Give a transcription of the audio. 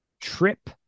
Trip